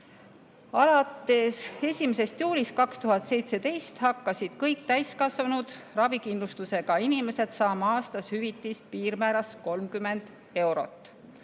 Alates 1. juulist 2017 hakkasid kõik täiskasvanud ravikindlustusega inimesed saama aastas hüvitist piirmääras 30 eurot